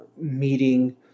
meeting